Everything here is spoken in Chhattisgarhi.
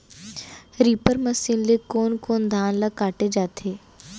रीपर मशीन ले कोन कोन धान ल काटे जाथे?